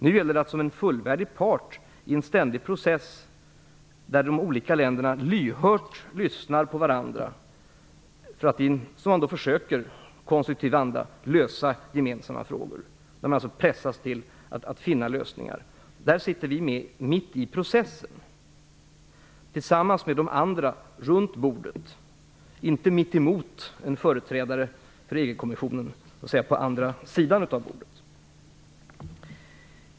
Nu gäller det att som en fullvärdig part i en ständig process, där de olika länderna lyhört lyssnar på varandra, försöka lösa gemensamma frågor. Man pressas alltså till att finna lösningar. Där sitter vi mitt i processen tillsammans med de andra runt bordet, inte mitt emot en företrädare för EU-kommissionen, på andra sidan av bordet.